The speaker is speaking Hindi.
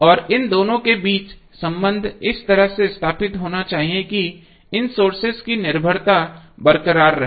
और इन दोनों के बीच संबंध इस तरह से स्थापित होना चाहिए कि इन सोर्सेस की निर्भरता बरकरार रहे